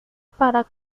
para